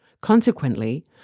Consequently